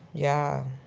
yeah,